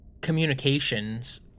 communications